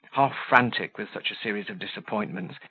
half-frantic with such a series of disappointments,